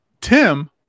tim